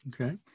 Okay